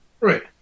Right